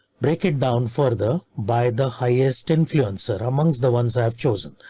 break it down further by the highest influencer amongst the ones i have chosen.